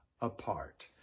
apart